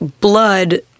blood